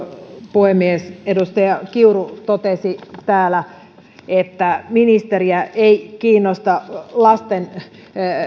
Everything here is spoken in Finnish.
puhemies edustaja kiuru totesi täällä että ministeriä ei kiinnosta lasten